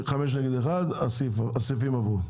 חמש נגד אחד, הסעיפים עברו.